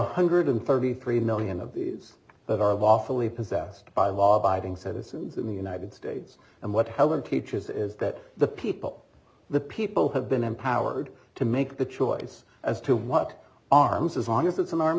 hundred and thirty three million of these that are of awfully possessed by law abiding citizens in the united states and what helen teaches is that the people the people have been empowered to make the choice as to what arms as long as it's an arm